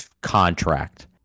contract